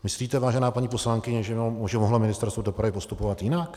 Myslíte, vážená paní poslankyně, že mohlo Ministerstvo dopravy postupovat jinak?